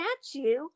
statue